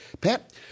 Pat